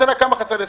בואו לא נדבר על